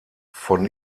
von